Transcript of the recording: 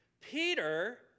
Peter